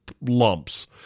lumps